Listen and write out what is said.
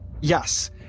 Yes